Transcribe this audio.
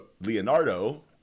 Leonardo